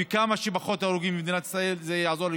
וכמה שפחות הרוגים במדינת ישראל זה יעזור לכולם.